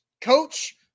coach